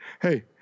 Hey